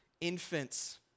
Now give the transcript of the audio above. infants